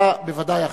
אתה בוודאי אחראי.